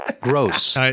gross